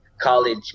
college